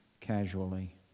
casually